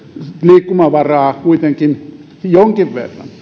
liikkumavaraa kuitenkin jonkin